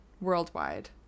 worldwide